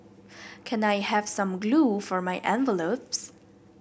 can I have some glue for my envelopes